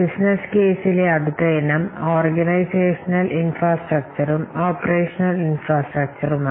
തുടർന്ന് ഉള്ളടക്കത്തിൽ അടുത്തതായി ഓർഗനൈസേഷണലും പ്രവർത്തന അടിസ്ഥാനസൌകര്യങ്ങളെ കുറിച്ചുമാണ്